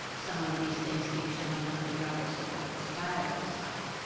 some of these things keep showing up regardless of what the style looks like.